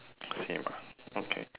same ah okay